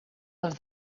els